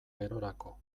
gerorako